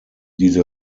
diese